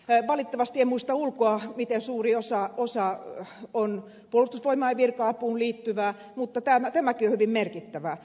valitettavasti en muista ulkoa miten suuri osa on puolustusvoimain virka apuun liittyvää mutta tämäkin osuus on hyvin merkittävä